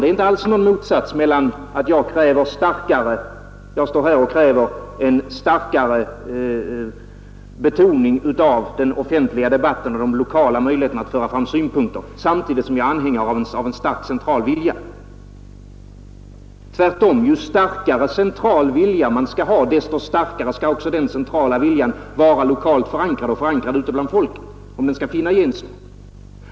Det är inte alls något motsatsförhållande mellan att jag å ena sidan kräver starkare betoning av den offentliga debatten och av de lokala möjligheterna att föra fram synpunkter och å andra sidan är anhängare av en stark central vilja. Tvärtom — ju starkare central vilja man har, desto starkare skall också den centrala viljan vara lokalt och folkligt förankrad, om den skall vinna gensvar.